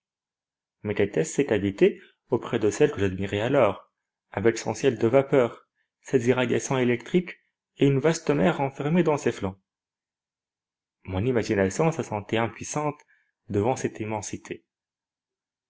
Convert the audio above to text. mais qu'étaient ces cavités auprès de celle que j'admirais alors avec son ciel de vapeurs ses irradiations électriques et une vaste mer renfermée dans ses flancs mon imagination se sentait impuissante devant cette immensité